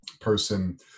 person